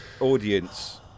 audience